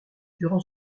durant